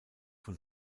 von